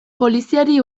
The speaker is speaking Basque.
poliziari